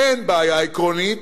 אין בעיה עקרונית,